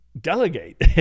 delegate